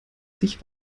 sich